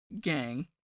gang